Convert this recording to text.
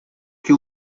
que